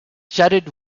jetted